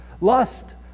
Lust